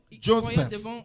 Joseph